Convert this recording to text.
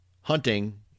hunting